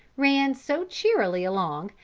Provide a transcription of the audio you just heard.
ran so cheerily along,